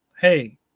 Hey